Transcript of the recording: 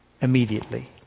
immediately